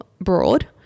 broad